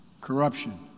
Corruption